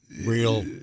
real